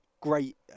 Great